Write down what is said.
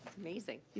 amazing.